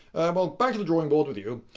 well, back to the drawing board with you.